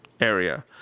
area